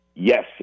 Yes